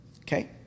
Okay